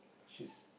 she's